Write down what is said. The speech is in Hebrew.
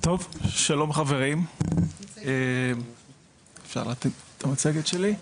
שלום חברים, שמעתם את המצגת שלי.